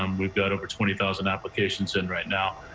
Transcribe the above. um we've got over twenty thousand applications in right now.